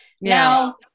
Now